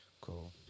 Cool